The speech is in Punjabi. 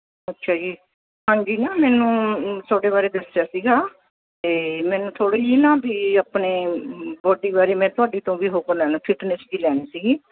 ਅੱਛਾ ਜੀ ਹਾਂਜੀ ਨਾ ਮੈਨੂੰ ਤੁਹਾਡੇ ਬਾਰੇ ਦੱਸਿਆ ਸੀਗਾ ਅਤੇ ਮੈਨੂੰ ਥੋੜ੍ਹੀ ਜਿਹੀ ਨਾ ਵੀ ਆਪਣੇ ਬੋਡੀ ਬਾਰੇ ਮੈਂ ਤੁਹਾਡੀ ਤੋਂ ਵੀ ਹੁਬ ਲੈਣਾ ਫਿਟਨੈਸ ਦੀ ਲੈਣੀ ਸੀਗੀ